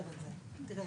בבקשה,